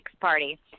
party